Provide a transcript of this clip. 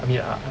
ya